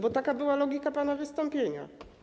Bo taka była logika pana wystąpienia.